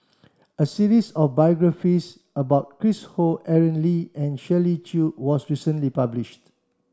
a series of biographies about Chris Ho Aaron Lee and Shirley Chew was recently published